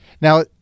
now